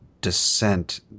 descent